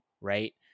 right